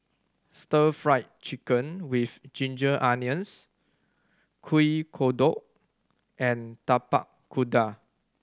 Stir Fry Chicken with ginger onions Kuih Kodok and Tapak Kuda